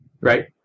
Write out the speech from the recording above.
Right